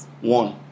one